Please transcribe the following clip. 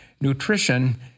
Nutrition